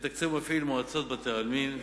מתקצב ומפעיל מועצות בתי-עלמין,